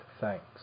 Thanks